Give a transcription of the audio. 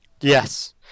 Yes